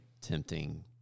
tempting